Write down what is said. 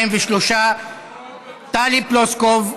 43. טלי פלוסקוב,